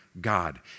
God